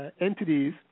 entities